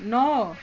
नओ